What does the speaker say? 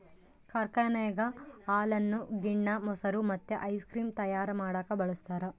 ಕಾರ್ಖಾನೆಗ ಹಾಲನ್ನು ಗಿಣ್ಣ, ಮೊಸರು ಮತ್ತೆ ಐಸ್ ಕ್ರೀಮ್ ತಯಾರ ಮಾಡಕ ಬಳಸ್ತಾರ